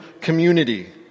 community